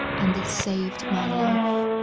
and it saved my life.